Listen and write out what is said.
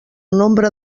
nombre